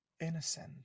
innocent